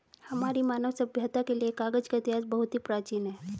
हमारी मानव सभ्यता के लिए कागज का इतिहास बहुत ही प्राचीन है